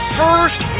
first